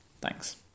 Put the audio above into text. Thanks